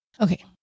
Okay